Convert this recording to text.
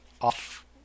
off